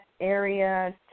area